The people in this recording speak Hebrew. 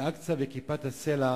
אל-אקצא וכיפת-הסלע